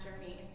journeys